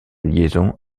liaison